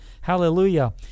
Hallelujah